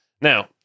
Now